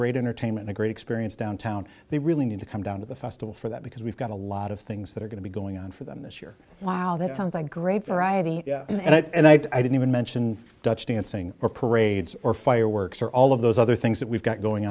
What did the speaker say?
great entertainment a great experience downtown they really need to come down to the festa for that because we've got a lot of things that are going to be going on for them this year wow that sounds like great variety and i didn't even mention dutch dancing or parades or fireworks or all of those other things that we've got going